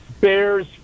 Bears